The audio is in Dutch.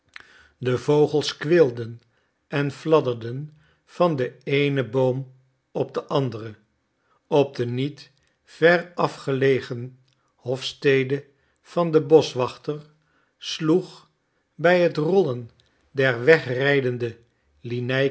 de vogels kweelden en fladderden van den eenen boom op den anderen op de niet verafgelegen hofstede van den boschwachter sloeg bij het rollen der wegrijdende